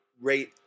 rate